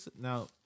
now